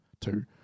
Two